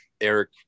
Eric